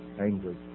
angry